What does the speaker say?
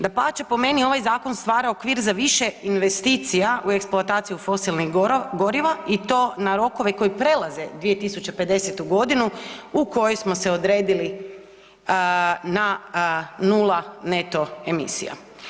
Dapače, po meni ovaj zakon stvara okvir za više investicija u eksploataciji u fosilnih goriva i to na rokove koji prelaze 2050.g. u kojoj smo se odredili na nula neto emisija.